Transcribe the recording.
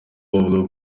bavuga